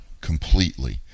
completely